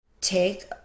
take